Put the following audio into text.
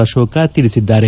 ಅಶೋಕ ತಿಳಿಸಿದ್ದಾರೆ